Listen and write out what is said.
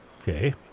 Okay